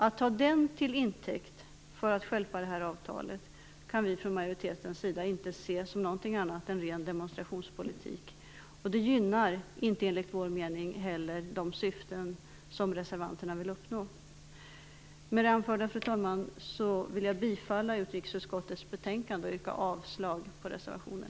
Att ta den till intäkt för att stjälpa avtalet kan vi från majoritetens sida inte se som något annat än ren demonstrationspolitik. Det gynnar inte heller, enligt vår mening, de syften som reservanterna vill uppnå. Med detta, fru talman, vill jag bifalla utrikesutskottets betänkande och yrka avslag på reservationen.